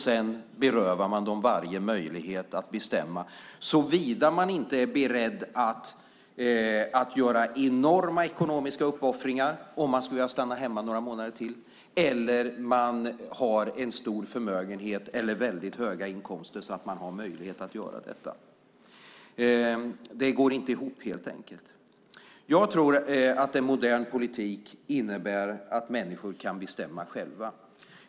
Sedan berövar man dem varje möjlighet att bestämma, såvida de inte är beredda att göra enorma ekonomiska uppoffringar, om de skulle vilja stanna hemma några månader till, eller har en stor förmögenhet eller väldigt höga inkomster så att de har möjlighet att göra detta. Det går helt enkelt inte ihop. Jag tror att en modern politik innebär att människor kan bestämma själva.